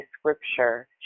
scripture